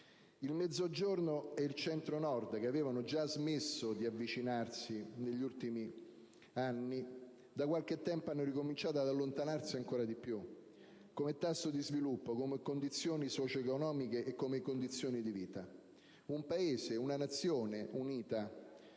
Il Mezzogiorno ed il Centro-Nord, che avevano già smesso di avvicinarsi negli anni scorsi, da qualche tempo hanno ricominciato ad allontanarsi come tasso di sviluppo, condizioni socio-economiche e di vita. Un Paese, una Nazione unita,